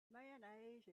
mayonnaise